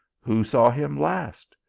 who saw him last?